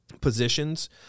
positions